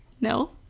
No